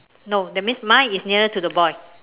no that means mine is nearer to the boy